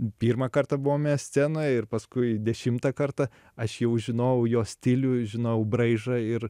pirmą kartą buvome scenoj ir paskui dešimtą kartą aš jau žinojau jo stilių žinojau braižą ir